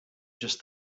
just